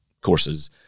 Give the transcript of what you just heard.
courses